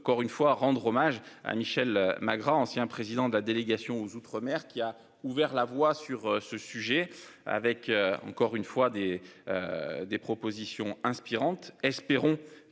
encore une fois à rendre hommage à Michel Magras ancien président de la délégation aux outre-mer qui a ouvert la voie sur ce sujet avec encore une fois des. Des propositions inspirantes espérons